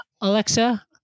Alexa